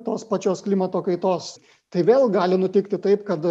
tos pačios klimato kaitos tai vėl gali nutikti taip kad